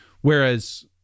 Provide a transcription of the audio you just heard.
whereas